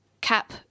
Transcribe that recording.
cap